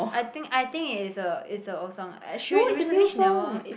I think I think it is a is a old song uh she re~ recently she never